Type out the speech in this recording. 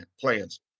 plans